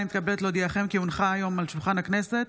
התשפ"ד 2024,